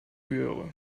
göre